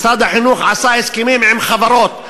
משרד החינוך עשה הסכמים עם חברות,